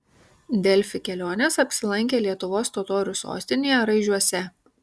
delfi kelionės apsilankė lietuvos totorių sostinėje raižiuose